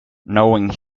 knowing